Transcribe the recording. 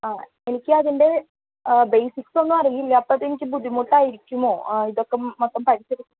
ആ എനിക്കതിൻ്റെ ബേസിക്സ് ഒന്നും അറിയില്ല അപ്പോൾ അതെനിക്ക് ബുദ്ധിമുട്ടായിരിക്കുമോ ഇതൊക്കെ മൊത്തം പഠിച്ചെടുക്കാൻ